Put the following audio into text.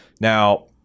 Now